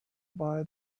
buy